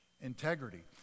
integrity